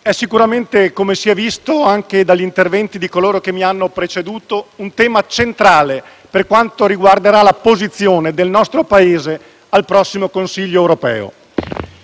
è sicuramente, come si è visto anche dagli interventi di coloro che mi hanno preceduto, un tema centrale per quanto riguarderà la posizione del nostro Paese al prossimo Consiglio europeo.